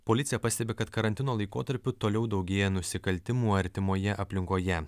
policija pastebi kad karantino laikotarpiu toliau daugėja nusikaltimų artimoje aplinkoje